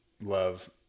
love